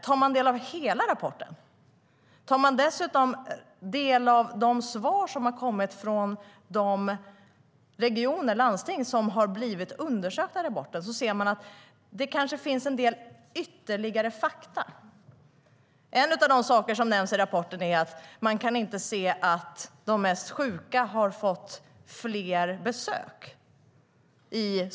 Tar man del av hela rapporten, och dessutom av de svar som kommit från de regioner och landsting som undersökts i rapporten, ser man att det nog finns en del ytterligare fakta. En av de saker som nämns i rapporten är att man inte kan se att de mest sjuka i Skåne har fått fler besök.